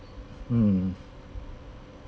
mm